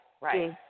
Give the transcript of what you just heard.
right